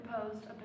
proposed